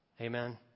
Amen